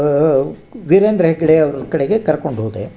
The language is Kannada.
ವೀರೇಂದ್ರ ಹೆಗ್ಡೆಯವ್ರ ಕಡೆಗೆ ಕರ್ಕೊಂಡು ಹೋದೆ